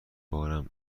بارم